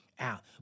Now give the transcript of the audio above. out